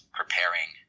preparing